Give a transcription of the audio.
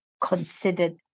considered